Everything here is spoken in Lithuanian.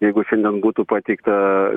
jeigu šiandien būtų pateikta